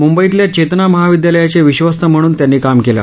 मुंबईतल्या चेतना महाविद्यालयाचे विश्वस्त म्हणून त्यांनी काम केलं